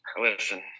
listen